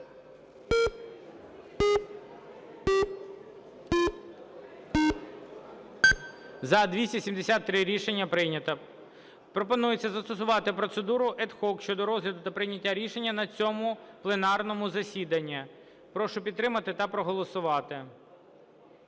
За-273 Рішення прийнято. Пропонується застосувати процедуру ad hoc щодо розгляду та прийняття рішення на цьому пленарному засіданні. Прошу підтримати та проголосувати.